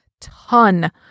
ton